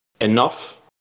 enough